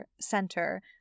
center